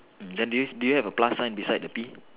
mm then do you do you have a plus sign beside the P